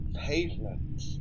pavement